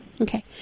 Okay